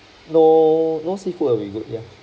no no seafood will be good ya